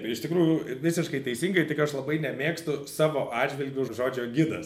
iš tikrųjų visiškai teisingai tik aš labai nemėgstu savo atžvilgiu žodžio gidas